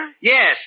Yes